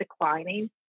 declining